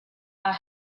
are